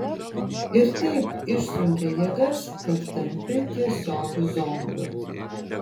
ir taip išsunkia jėgas kad tampi tiesiog zombiu